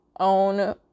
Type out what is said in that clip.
own